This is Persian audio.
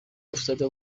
افتاده